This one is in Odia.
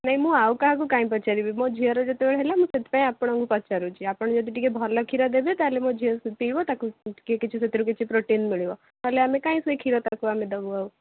ନାହିଁ ମୁଁ ଆଉ କାହାକୁ କାହିଁ ପଚାରିବି ମୋ ଝିଅର ଯେତେବେଳେ ହେଲା ମୁଁ ସେଥିପାଇଁ ଆପଣଙ୍କୁ ପଚାରୁଛି ଆପଣ ଯଦି ଟିକେ ଭଲ କ୍ଷୀର ଦେବେ ତା'ହେଲେ ମୋ ଝିଅ ପିଇବ ତାକୁ କିଛି ସେଥିରୁ କିଛି ପ୍ରୋଟିନ୍ ମିଳିବ ତା'ହେଲେ ଆମେ କାହିଁ ସେଇ କ୍ଷୀର ତାକୁ ଆମେ ଦେବୁ ଆଉ